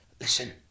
Listen